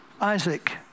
Isaac